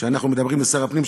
שאנחנו מדברים לפני שר הפנים,